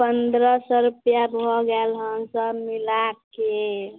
पन्द्रह सए रुपैआ भऽ गेल हन सब मिलाके